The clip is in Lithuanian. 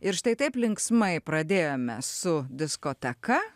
ir štai taip linksmai pradėjome su diskoteka